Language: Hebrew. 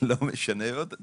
משנה באיזה צד היינו,